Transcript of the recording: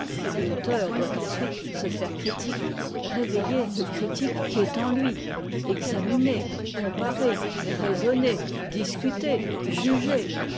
l'auteur doit ensuite se faire critique réveiller le critique qui est en lui examiner comparer raisonner discuter juger